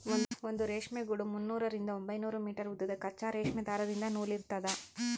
ಒಂದು ರೇಷ್ಮೆ ಗೂಡು ಮುನ್ನೂರರಿಂದ ಒಂಬೈನೂರು ಮೀಟರ್ ಉದ್ದದ ಕಚ್ಚಾ ರೇಷ್ಮೆ ದಾರದಿಂದ ನೂಲಿರ್ತದ